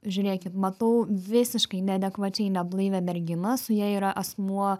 žiūrėkit matau visiškai neadekvačiai neblaivią merginą su ja yra asmuo